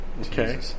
Okay